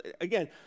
again